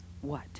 What